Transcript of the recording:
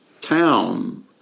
town